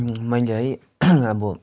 मैले है अब